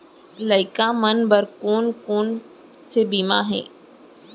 लइका मन बर कोन कोन से बीमा हे?